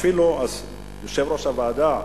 אפילו יושב-ראש הוועדה,